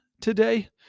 today